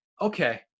okay